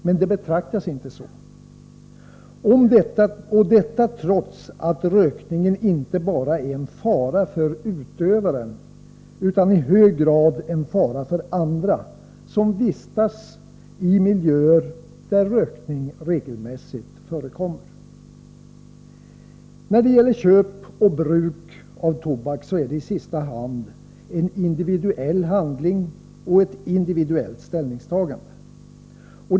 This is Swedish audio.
Men det betraktas inte så — detta trots att rökningen inte bara är en fara för utövaren utan i hög grad en fara för andra, som vistas i miljöer där rökning regelmässigt förekommer. Köp och bruk av tobak är i sista hand en individuell handling och ett individuellt ställningstagande.